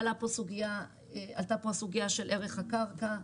עלתה פה סוגיה של ערך הקרקע,